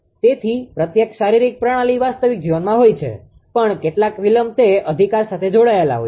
તેથી પ્રત્યેક શારીરિક પ્રણાલી વાસ્તવિક જીવનમાં હોય છે પણ કેટલાક વિલંબ તે અધિકાર સાથે સંકળાયેલા હોય છે